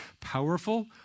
powerful